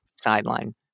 sideline